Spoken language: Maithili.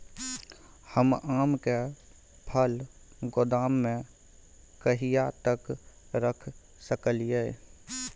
हम आम के फल गोदाम में कहिया तक रख सकलियै?